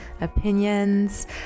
opinions